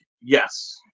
yes